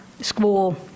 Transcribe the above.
school